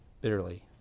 bitterly